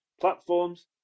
Platforms